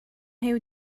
huw